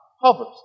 hovers